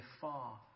far